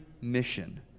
mission